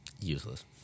Useless